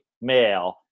male